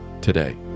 Today